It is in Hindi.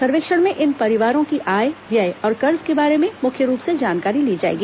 सर्वेक्षण में इन परिवारों की आय व्यय और कर्ज के बारे में मुख्य रूप से जानकारी ली जाएगी